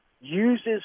uses